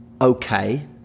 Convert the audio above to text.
okay